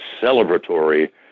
celebratory